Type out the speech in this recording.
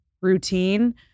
routine